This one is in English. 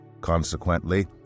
Consequently